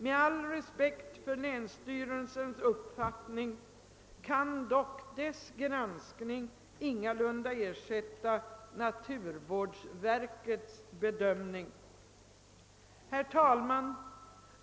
Med all respekt för länsstyrelsens uppfattning kan dock dess granskning ingalunda ersätta naturvårdsverkets bedömning. Herr talman!